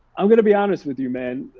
i'm gonna be honest with you, man.